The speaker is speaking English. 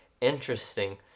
interesting